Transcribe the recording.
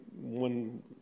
one